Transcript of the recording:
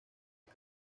las